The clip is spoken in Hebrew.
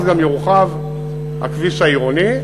אז גם יורחב הכביש העירוני,